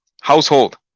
household